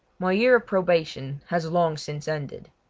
my year of probation has long since ended,